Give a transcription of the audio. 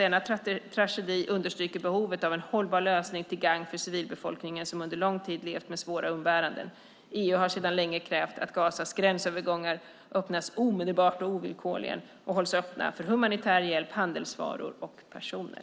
Denna tragedi understryker behovet av en hållbar lösning till gagn för civilbefolkningen som under lång tid levt med svåra umbäranden. EU har sedan länge krävt att Gazas gränsövergångar öppnas omedelbart och ovillkorligen, och hålls öppna, för humanitär hjälp, handelsvaror och personer.